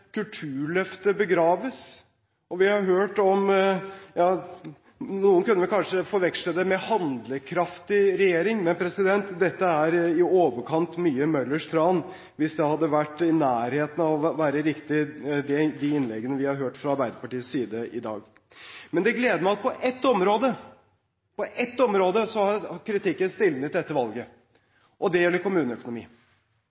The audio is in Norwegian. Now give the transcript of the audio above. Kulturløftet begraves, og noen kunne vel kanskje forveksle det med en handlekraftig regjering. Dette er å ta i overkant mye Møllers tran – hvis de innleggene vi har hørt fra Arbeiderpartiets side i dag, hadde vært i nærheten av å være riktige. Men det gleder meg at på ett område har kritikken stilnet etter valget, og det gjelder kommuneøkonomi. Før valget fikk vi høre fra nord til